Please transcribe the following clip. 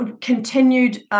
Continued